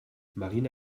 marina